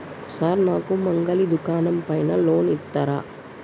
Sir నాకు మంగలి దుకాణం పైన లోన్ ఇత్తరా?